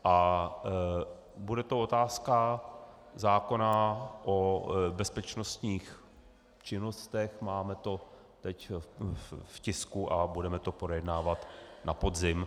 A bude to otázka zákona o bezpečnostních činnostech, máme to v tisku a budeme to projednávat na podzim.